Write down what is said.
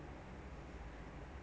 oh my brother call me